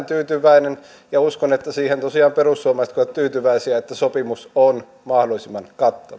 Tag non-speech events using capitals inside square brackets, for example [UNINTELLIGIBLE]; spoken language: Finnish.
[UNINTELLIGIBLE] tyytyväinen ja uskon että siihen tosiaan perussuomalaisetkin ovat tyytyväisiä että sopimus on mahdollisimman